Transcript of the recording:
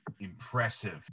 impressive